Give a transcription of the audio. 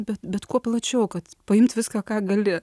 bet bet kuo plačiau kad paimt viską ką gali